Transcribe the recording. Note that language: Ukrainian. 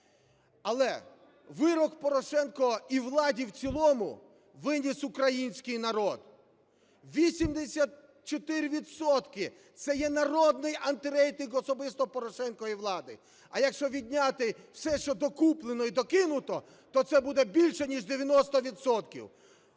Але вирок Порошенко і владі в цілому виніс український народ: 84 відсотки – це є народнийантирейтинг особисто Порошенка і влади. А якщо відняти все, що докуплено і докинуто, то це буде більше ніж 90